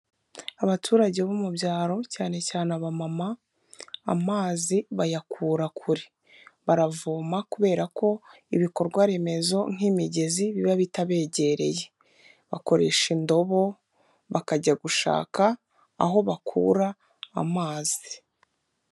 Abaturage bo mu byaro cyane cyane aba mama amazi bayakura kure, baravoma kubera ko ibikorwaremezo nk'imigezi biba bitabegereye, bakoresha indobo bakajya gushaka aho bakura amazi.